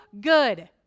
good